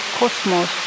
cosmos